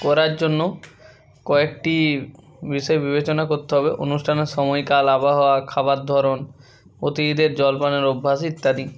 করার জন্য কয়েকটি বিষয় বিবেচনা করতে হবে অনুষ্ঠানের সময়কাল আবহাওয়া খাবার ধরন অতিথিদের জলপানের অভ্যাস ইত্যাদি